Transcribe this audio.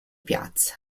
piazza